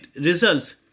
results